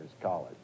College